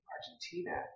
Argentina